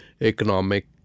economic